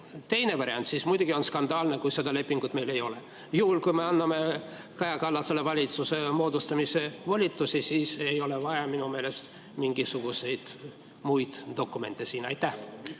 teine variant, siis muidugi on skandaalne, et meil seda lepingut ei ole. Juhul, kui me anname Kaja Kallasele valitsuse moodustamise volitusi, siis ei ole vaja minu meelest mingisuguseid muid dokumente siin. Aitäh!